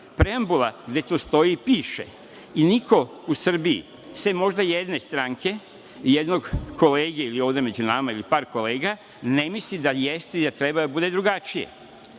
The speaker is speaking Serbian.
preambula gde to stoji i piše i niko u Srbiji, sem možda jedne stranke i jednog kolege ovde među nama ili par kolega, ne misli da jeste i da treba da bude drugačije,